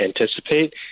anticipate